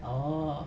orh